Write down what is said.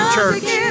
church